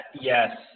yes